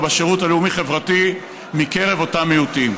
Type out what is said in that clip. בשירות הלאומי-חברתי מקרב אותם מיעוטים.